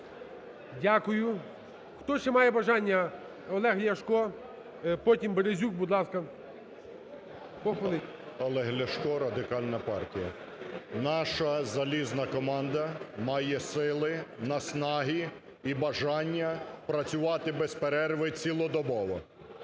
Дякую. Хто ще має бажання… Олег Ляшко. Потім Березюк. Будь ласка. 14:02:28 ЛЯШКО О.В. Олег Ляшко, Радикальна партія. Наша залізна команда має сили, наснаги і бажання працювати без перерви цілодобово.